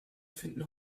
finden